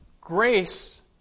grace